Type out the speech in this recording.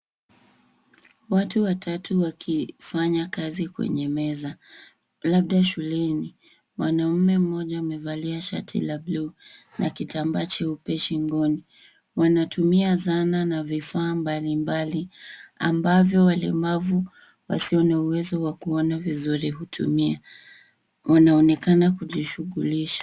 Watu watatu wakifanya kazi kwenye meza labda shuleni. Mwanaume mmoja amevalia shati la blue na kitamba cheupe shingoni. Wanatumia zanaa na vifaa mbalimbali ambavyo walemavu wasiwe na uwezo wa kuona vizuri hutumia. Wanaonekana kujishughulisha.